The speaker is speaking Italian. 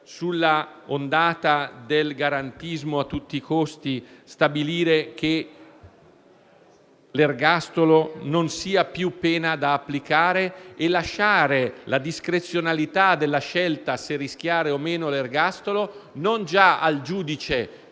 sulla ondata del garantismo a tutti i costi, stabilire che l'ergastolo non sia più pena da applicare e lasciare la discrezionalità della scelta, se rischiare o meno l'ergastolo, non già al giudice,